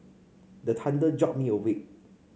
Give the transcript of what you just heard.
the thunder jolt me awake